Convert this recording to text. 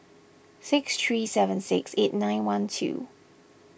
six three seven six eight nine one two